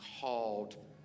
called